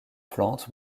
plantes